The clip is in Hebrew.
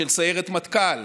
של סיירת מטכ"ל,